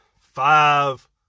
five